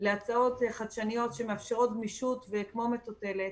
להצעות חדשניות שמאפשרות גמישות והן כמו מטוטלת.